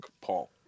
Paul